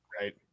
Right